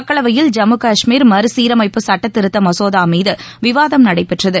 மக்களவையில் ஜம்மு காஷ்மீர் மறு சீரமைப்பு சுட்டத்திருத்தமசோதாமீதுவிவாதம் நடைபெற்றது